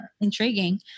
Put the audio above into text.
intriguing